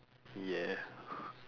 yeah